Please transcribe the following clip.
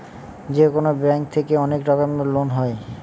যেকোনো ব্যাঙ্ক থেকে অনেক রকমের লোন হয়